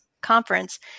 conference